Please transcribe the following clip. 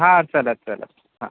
हां चलात चलात हां